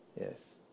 Yes